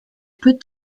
peut